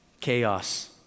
chaos